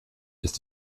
ist